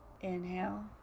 Inhale